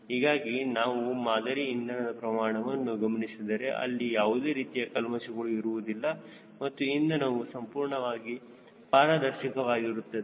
ಹೀಗಾಗಿ ನಾವು ಮಾದರಿ ಇಂಧನದ ಪ್ರಮಾಣವನ್ನು ಗಮನಿಸಿದರೆ ಅಲ್ಲಿ ಯಾವುದೇ ರೀತಿಯ ಕಲ್ಮಶಗಳು ಇರುವುದಿಲ್ಲ ಮತ್ತು ಇಂಧನವು ಸಂಪೂರ್ಣವಾಗಿ ಪಾರದರ್ಶಕವಾಗಿರುತ್ತದೆ